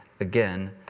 Again